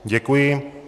Děkuji.